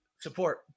support